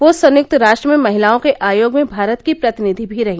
वह संयुक्त राष्ट्र में महिलाओं के आयोग में भारत की प्रतिनिधि भी रहीं